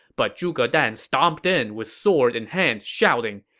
but zhuge dan stomped in with sword in hand, shouting,